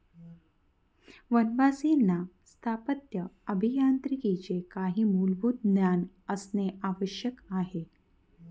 वनवासींना स्थापत्य अभियांत्रिकीचे काही मूलभूत ज्ञान असणे आवश्यक आहे